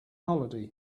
holiday